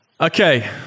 okay